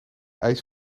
ijs